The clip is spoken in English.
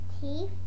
Teeth